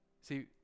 See